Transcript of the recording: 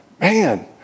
man